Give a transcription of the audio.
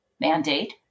mandate